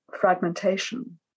fragmentation